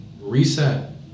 reset